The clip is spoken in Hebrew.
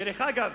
דרך אגב,